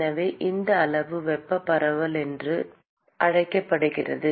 எனவே இந்த அளவு வெப்ப பரவல் என்று அழைக்கப்படுகிறது